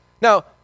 Now